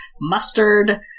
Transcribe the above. mustard